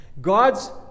God's